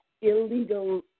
illegal